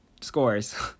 Scores